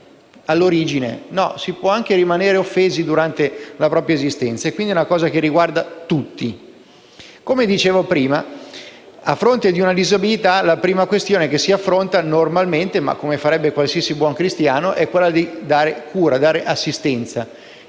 all'origine. Non è così: si può anche rimanere offesi durante la propria esistenza, e dunque è un problema che riguarda tutti. Come dicevo prima, a fronte di una disabilità, la prima questione che si affronta normalmente, come farebbe qualsiasi buon cristiano, è come dare cura e assistenza.